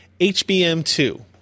HBM2